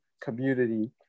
community